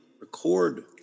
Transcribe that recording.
record